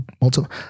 multiple